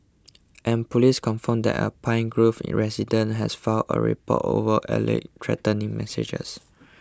and police confirmed that a Pine Grove resident has filed a report over alleged threatening messages